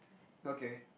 okay